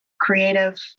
creative